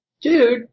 dude